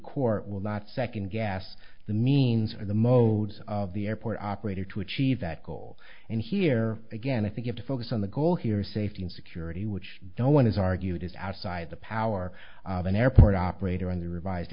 court will not second guess the means or the modes of the airport operator to achieve that goal and here again i think it to focus on the goal here is safety and security which don't one is argued is outside the power of an airport operator on the revised